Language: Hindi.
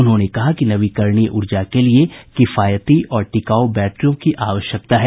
उन्होंने कहा कि नवीकरणीय ऊर्जा के लिए किफायती और टिकाऊ बैटरियों की आवश्यकता है